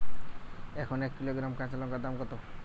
এখন এক কিলোগ্রাম কাঁচা লঙ্কার দাম কত?